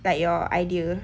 like your idea